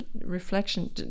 reflection